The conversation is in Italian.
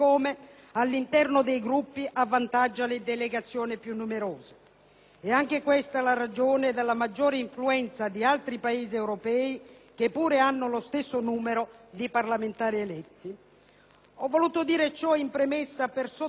È anche questa la ragione della maggiore influenza di altri Paesi europei, che pure hanno lo stesso numero di parlamentari eletti. Ho voluto dire ciò, in premessa, per sottolineare il nostro accordo sulla soluzione trovata alla Camera dei deputati.